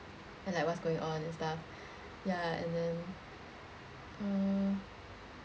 and like what's going on and stuff ya and then uh